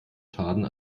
schaden